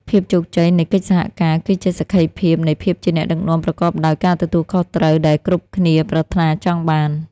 ភាពជោគជ័យនៃកិច្ចសហការ គឺជាសក្ខីភាពនៃភាពជាអ្នកដឹកនាំប្រកបដោយការទទួលខុសត្រូវដែលគ្រប់គ្នាប្រាថ្នាចង់បាន។